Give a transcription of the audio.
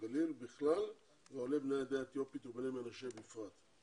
הגליל בכלל ועולי בני העדה האתיופית ובני מנשה בפרט.